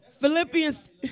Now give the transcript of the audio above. Philippians